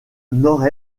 nord